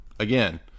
Again